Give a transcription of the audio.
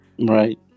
Right